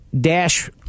dash